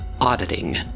auditing